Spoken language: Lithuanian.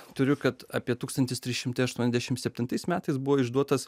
turiu kad apie tūkstantis trys šimtai aštuoniasdešim septintais metais buvo išduotas